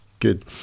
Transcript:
Good